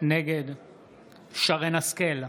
נגד שרן מרים השכל,